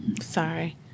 Sorry